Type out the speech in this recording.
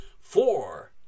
Four